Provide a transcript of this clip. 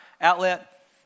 outlet